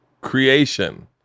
Creation